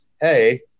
hey